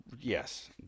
Yes